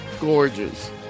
gorgeous